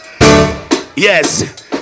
Yes